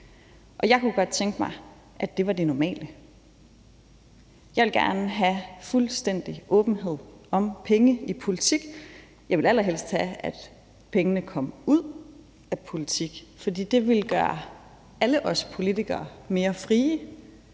og jeg kunne godt tænke mig, at det var det normale. Jeg vil gerne have fuldstændig åbenhed om penge i politik, og jeg ville allerhelst have, at pengene kom ud af politik, fordi det ville gøre alle os politikere mere frie,